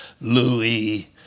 Louis